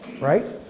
right